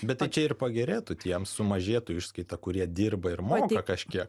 bet tai čia ir pagerėtų tiems sumažėtų išskaita kurie dirba ir maoka kažkiek